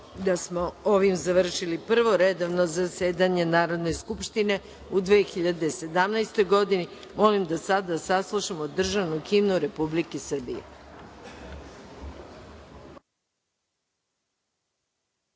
da smo ovim završili Prvo redovno zasedanje Narodne skupštine u 2017. godini, molim da sada saslušamo državnu himnu Republike